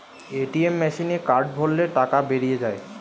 ATM মেসিনে card ভরলে টাকা বেরিয়ে যায়